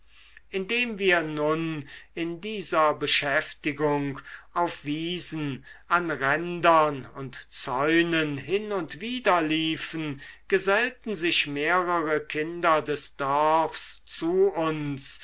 indem wir nun in dieser beschäftigung auf wiesen an rändern und zäunen hin und wider liefen gesellten sich mehrere kinder des dorfs zu uns